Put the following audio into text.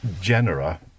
genera